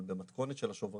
אבל במתכונת של השוברים,